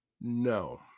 No